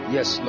Yes